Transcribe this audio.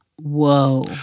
Whoa